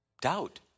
Doubt